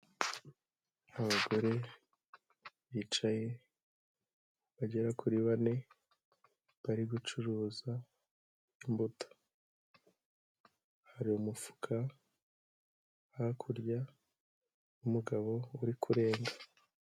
Abagore bicaye, bagera kuri bane, bari gucuruza imbuto, hari umufuka hakurya y'umugabo uri kurenga.